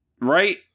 Right